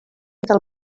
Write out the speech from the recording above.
del